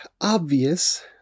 obvious